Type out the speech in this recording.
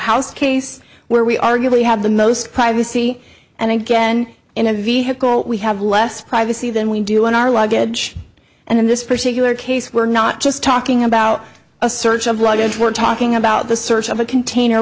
house case where we arguably have the most privacy and again in a vehicle we have less privacy than we do on our luggage and in this particular case we're not just talking about a search of luggage we're talking about the search of a container